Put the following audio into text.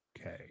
Okay